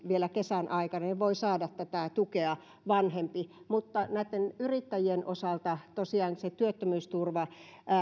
vielä kesän aikana niin vanhempi voi saada tätä tukea mutta näitten yrittäjien osalta tosiaan se työttömyysturva